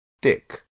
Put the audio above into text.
dick